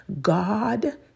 God